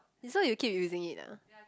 this one you keep using it ah